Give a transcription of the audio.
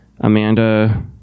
Amanda